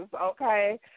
okay